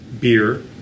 beer